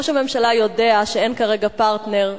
ראש הממשלה יודע שאין כרגע פרטנר,